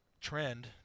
trend